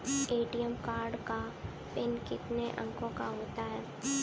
ATM card का पिन कितने अंकों का होता है?